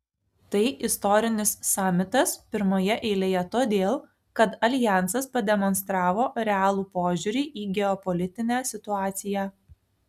tai istorinis samitas pirmoje eilėje todėl kad aljansas pademonstravo realų požiūrį į geopolitinę situaciją